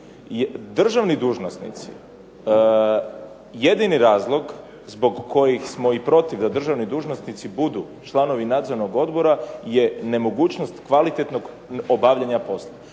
Državni dužnosnici, jedini razlog zbog kojih smo i protiv da državni dužnosnici budu članovi nadzornog odbora je nemogućnost kvalitetnog obavljanja posla,